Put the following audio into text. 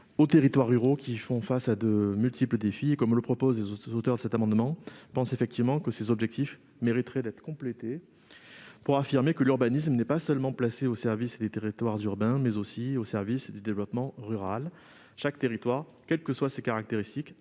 aux territoires ruraux, qui font face à de multiples défis. Comme le proposent les auteurs de cet amendement, les grands objectifs du code de l'urbanisme mériteraient d'être complétés afin d'affirmer que l'urbanisme est non seulement au service des territoires urbains, mais encore au service du développement rural. Chaque territoire, quelles que soient ses caractéristiques,